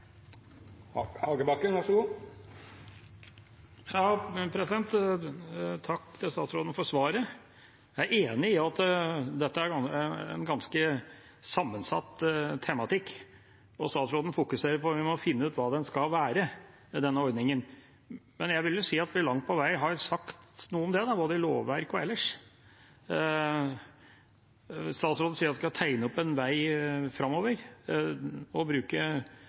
enig i at dette er en ganske sammensatt tematikk. Statsråden fokuserer på at vi må finne ut hva denne ordningen skal være, men jeg vil vel si at vi langt på veg har sagt noe om det, både i lovverk og ellers. Statsråden sier at vi skal tegne opp en veg framover, og bruke